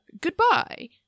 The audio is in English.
goodbye